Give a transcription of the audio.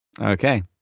Okay